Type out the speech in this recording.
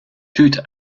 toute